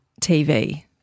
TV